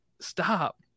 Stop